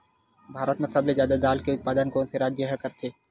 भारत मा सबले जादा दाल के उत्पादन कोन से राज्य हा करथे?